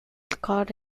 card